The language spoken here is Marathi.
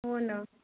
हो ना